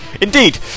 indeed